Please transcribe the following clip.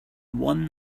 one